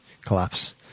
collapse